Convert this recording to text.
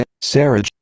Sarah